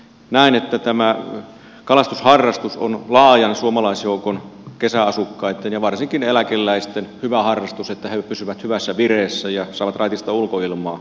näen että tämä kalastusharrastus on laajan suomalaisjoukon kesäasukkaitten ja varsinkin eläkeläisten hyvä harrastus niin että he pysyvät hyvässä vireessä ja saavat raitista ulkoilmaa